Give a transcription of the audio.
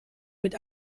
mit